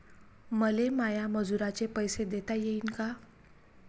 मले माया मजुराचे पैसे देता येईन का?